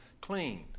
cleaned